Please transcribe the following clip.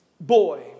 boy